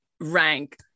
rank